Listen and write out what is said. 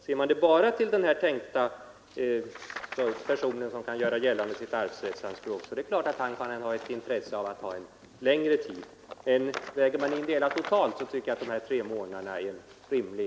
Ser man bara till de i detta sammanhang aktuella personerna är det självklart att dessa kan ha ett intresse av en längre tidsfrist. Men vid en total avvägning tycker jag att en tidsfrist på tre månader är rimlig.